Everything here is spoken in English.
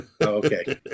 Okay